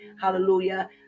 hallelujah